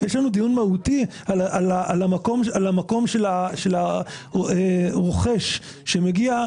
יש לנו דיון מהותי על המקום של הרוכש שמגיע.